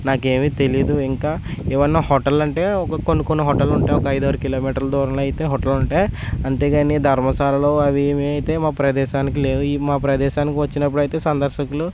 నాకేమీ తెలీదు ఇంకా ఏమయినా హోటల్ అంటే కొన్ని కొన్నిహోటల్ ఉంటాయి ఒక ఐదు ఆరు కిలోమీటర్ల దూరంలో అయితే హోటల్ ఉంటాయి అంతే కానీ ధర్మశాలలు అవి ఇవి అయితే మా ప్రదేశానికి లేవు ఇవి మా ప్రదేశానికి వచ్చినపుడు అయితే సందర్శకులు